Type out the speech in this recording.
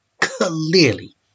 clearly